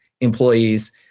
employees